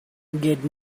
get